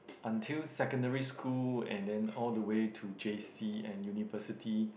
until secondary school and then all the way to J_C and university